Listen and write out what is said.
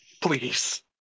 please